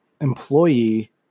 employee